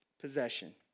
possession